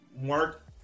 Mark